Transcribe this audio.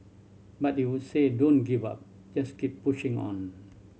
but they would say don't give up just keep pushing on